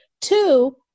Two